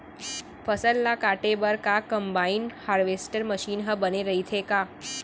फसल ल काटे बर का कंबाइन हारवेस्टर मशीन ह बने रइथे का?